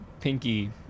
pinky